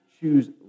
choose